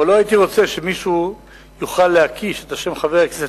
אבל לא הייתי רוצה שמישהו יוכל להקיש את שם חבר הכנסת